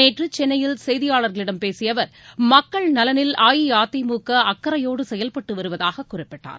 நேற்று சென்னையில் செய்தியாளர்களிடம் பேசிய அவர் மக்கள் நலனில் அஇஅதிமுக அக்கறையோடு செயல்பட்டு வருவதாக குறிப்பிட்டார்